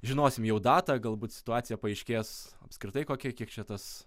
žinosim jau datą galbūt situacija paaiškės apskritai kokia kiek čia tas